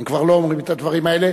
הם כבר לא אומרים את הדברים האלה.